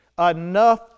enough